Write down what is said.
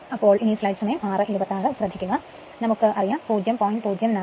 അപ്പോൾ S നമുക്ക് അറിയാം 0